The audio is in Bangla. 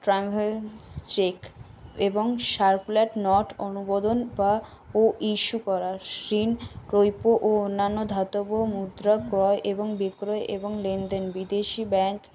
ট্রানফারেন্স চেক এবং নট অনুমোদন বা ও ইস্যু করা ও অন্যান্য ধাতব মুদ্রা ক্রয় এবং বিক্রয় এবং লেন দেন বিদেশি ব্যাংক